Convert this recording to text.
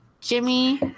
Jimmy